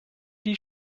die